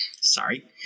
Sorry